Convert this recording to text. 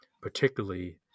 particularly